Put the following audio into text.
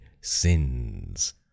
sins